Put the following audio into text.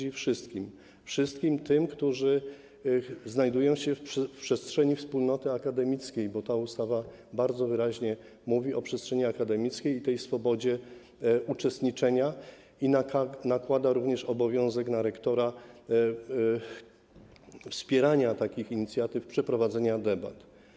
Daje ją wszystkim tym, którzy znajdują się w przestrzeni wspólnoty akademickiej, bo ta ustawa bardzo wyraźnie mówi o przestrzeni akademickiej i swobodzie uczestniczenia i nakłada na rektora obowiązek wspierania takich inicjatyw, przeprowadzenia debat.